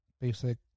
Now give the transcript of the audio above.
basic